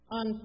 on